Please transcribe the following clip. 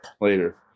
later